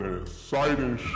exciting